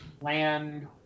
land